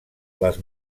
les